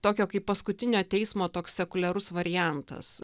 tokio kaip paskutinio teismo toks sekuliarus variantas